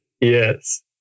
Yes